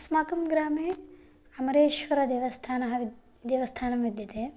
अस्माकं ग्रामे अमरेश्वरदेवस्थानः देवस्थानं विद्यते